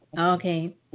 Okay